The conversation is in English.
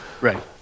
Right